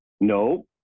no